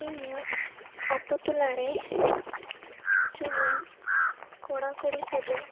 ᱤᱧᱟᱹᱜ ᱟᱛᱳ ᱴᱚᱞᱟ ᱨᱮ ᱡᱩᱭᱟᱱ ᱠᱚᱲᱟ ᱠᱩᱲᱤ ᱠᱚᱫᱚ